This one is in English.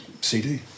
CD